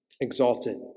exalted